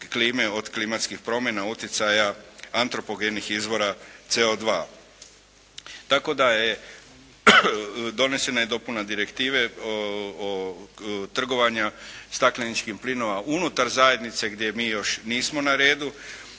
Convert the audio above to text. od klimatskih promjena, utjecaja antropogenih izvora CO2. Tako da je donesena i dopuna direktive trgovanja stakleničkih plinova unutar zajednice gdje mi još nismo na redu.